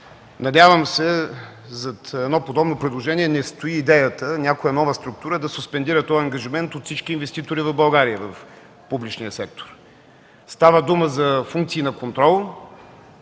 Надявам се зад едно подобно предложение не стои идеята някоя нова структура да суспендира този ангажимент от всички инвеститори в България в публичния сектор. Става дума за функции на контрол,